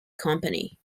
company